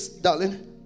darling